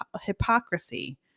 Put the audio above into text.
hypocrisy